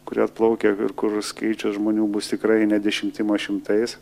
kurie atplaukia ir kur skaičius žmonių bus tikrai ne dešimtim o šimtais